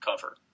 cover